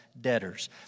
debtors